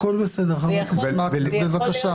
הכל בסדר, חה"כ מקלב, בבקשה.